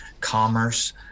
commerce